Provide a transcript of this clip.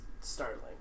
startling